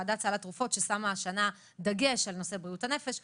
השאלה למה אין מידת התמגנות כזאת,